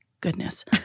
goodness